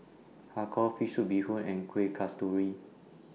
Har Kow Fish Soup Bee Hoon and Kueh Kasturi